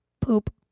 Poop